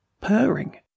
purring